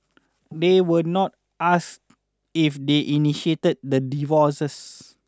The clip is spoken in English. they were not ask if they initiated the divorces